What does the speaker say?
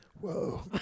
Whoa